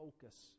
focus